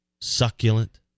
succulent